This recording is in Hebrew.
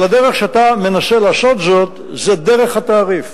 אבל הדרך שבה אתה מנסה לעשות זאת זה, דרך התעריף.